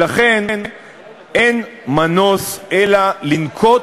לכן אין מנוס אלא לנקוט